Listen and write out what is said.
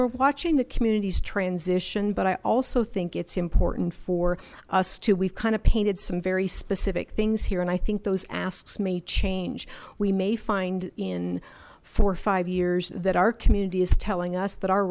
we're watching the communities transition but i also think it's important for us to we've kind of painted some very specific things here and i think those asks me to change we may find in four or five years that our community is telling us that